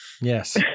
Yes